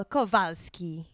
Kowalski